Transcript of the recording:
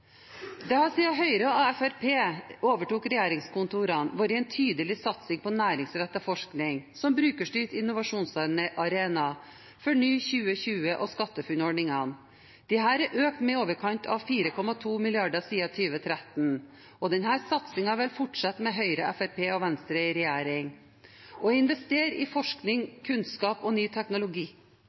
Det har siden Høyre og Fremskrittspartiet overtok regjeringskontorene, vært en tydelig satsing på næringsrettet forskning som Brukerstyrt Innovasjonsarena, FORNY2020 og SkatteFUNN-ordningen. Disse er økt med i overkant 4,2 mrd. kr siden 2013, og denne satsingen vil fortsette med Høyre, Fremskrittspartiet og Venstre i regjering. Å investere i forskning, kunnskap og ny teknologi